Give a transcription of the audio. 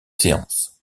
séances